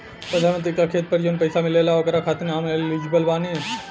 प्रधानमंत्री का खेत पर जवन पैसा मिलेगा ओकरा खातिन आम एलिजिबल बानी?